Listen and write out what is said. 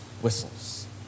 whistles